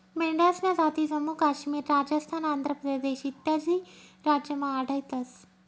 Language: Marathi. मेंढ्यासन्या जाती जम्मू काश्मीर, राजस्थान, आंध्र प्रदेश इत्यादी राज्यमा आढयतंस